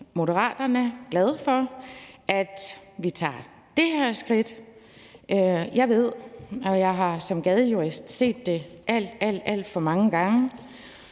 Moderaterne glade for, at vi tager det her skridt. Jeg ved – jeg har som gadejurist set det alt, alt for mange gange